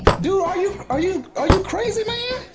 dude are you are you are you crazy man?